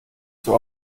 zur